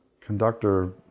conductor